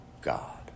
God